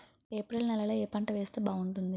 April నెలలో ఏ పంట వేస్తే బాగుంటుంది?